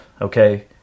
okay